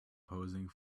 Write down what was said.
posing